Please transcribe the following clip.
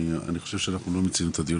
אני חושב שאנחנו לא מיצינו את הדיון